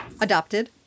Adopted